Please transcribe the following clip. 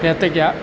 ഏത്തക്ക